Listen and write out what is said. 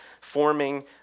forming